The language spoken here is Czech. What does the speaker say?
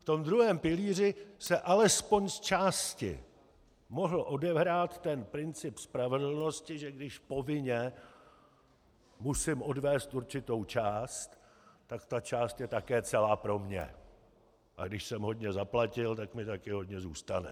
Ve druhém pilíři se alespoň zčásti mohl odehrát princip spravedlnosti, že když povinně musím odvést určitou část, tak ta část je také celá pro mě, a když jsem hodně zaplatil, tak mi také hodně zůstane.